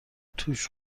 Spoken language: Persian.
توش